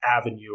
avenue